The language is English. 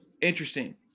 interesting